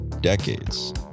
decades